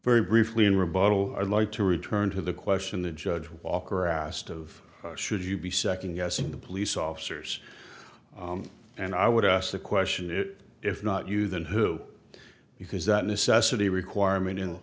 very briefly in rebuttal i'd like to return to the question the judge walker asked of should you be second guessing the police officers and i would ask the question is if not you then who because that necessity requirement in